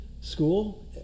school